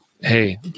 hey